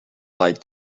like